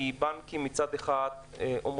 כי בנקים מצד אחד אומרים,